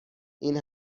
این